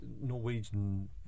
Norwegian